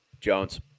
Jones